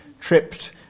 tripped